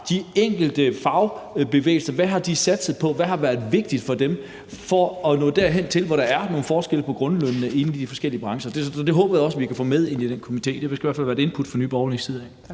de enkelte fagbevægelser satset på? Hvad har været vigtigt for dem for at nå derhen til, hvor der er nogle forskelle på grundlønnen inden for de forskellige brancher? Så det håber jeg også vi kan få med ind i den komité. Det skal i hvert fald være et input fra Nye Borgerliges side.